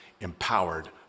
empowered